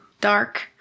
Dark